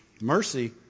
Mercy